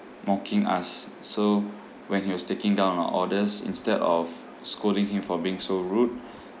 mocking us so when he was taking down our orders instead of scolding him for being so rude